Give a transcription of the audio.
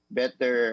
better